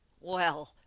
Well